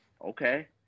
Okay